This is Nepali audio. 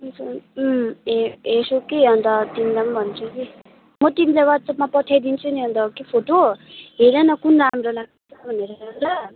हुन्छ ए ए हेर्छु कि अन्त तिमीलाई नि भन्छु कि म तिमीलाई वाट्सएपमा पठाइदिन्छु नि अन्त फोटो कुन चाहिँ हेर न कुन राम्रो लाग्छ भनेर